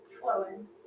Flowing